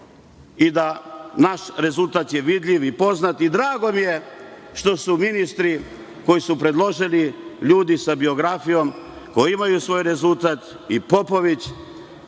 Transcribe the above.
i da je naš rezultat vidljiv i poznat. Drago mi je što su ministri koji su predloženi, ljudi sa biografijom, koji imaju svoj rezultat i Popović